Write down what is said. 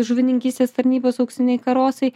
žuvininkystės tarnybos auksiniai karosai